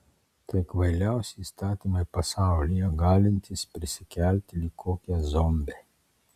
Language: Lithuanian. tai kvailiausi įstatymai pasaulyje galintys prisikelti lyg kokie zombiai